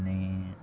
आनी